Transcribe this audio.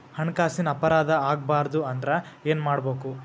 ಹಣ್ಕಾಸಿನ್ ಅಪರಾಧಾ ಆಗ್ಬಾರ್ದು ಅಂದ್ರ ಏನ್ ಮಾಡ್ಬಕು?